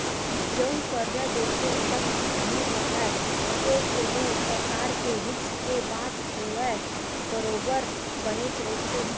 जउन करजा देथे ओला नुकसानी काहय ते कोनो परकार के रिस्क के बात होवय बरोबर बनेच रहिथे